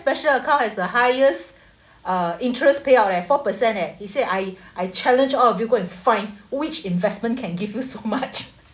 special account has the highest uh interest payout leh four percent leh he said I I challenge all of you go and find which investment can give you so much